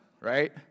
right